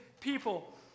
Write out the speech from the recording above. people